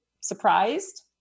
surprised